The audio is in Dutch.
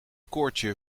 koordje